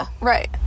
Right